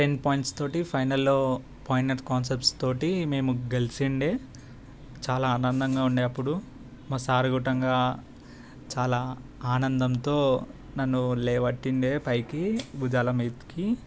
ten points తోటి ఫైనల్లో concepts తోటి మేము గెలిచిండే చాలా ఆనందంగా ఉండే అప్పుడు మా సార్ గుట్టంగా చాలా ఆనందంతో నన్ను లేవట్టిండే పైకి భుజాల మీదకి